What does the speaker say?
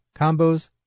combos